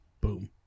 Boom